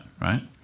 right